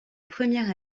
première